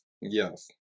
Yes